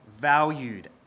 valued